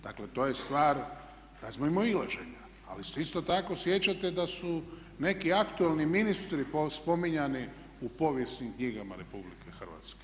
Dakle to je stvar razilaženja, ali se isto tako sjećate da su neki aktualni ministri spominjani u povijesnim knjigama RH.